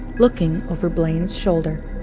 looking over blaine's shoulder.